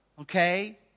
Okay